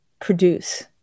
produce